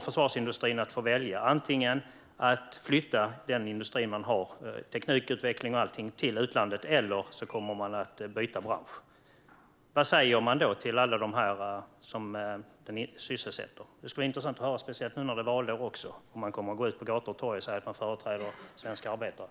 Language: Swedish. Försvarsindustrin kommer att få välja mellan att flytta den industri man har med teknikutveckling och allting till utlandet och att byta bransch. Vad säger man till alla dem som försvarsindustrin sysselsätter? Det skulle vara intressant att höra, speciellt nu när det är valår och man kommer att gå ut på gator och torg och säga att man företräder svenska arbetare.